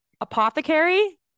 Apothecary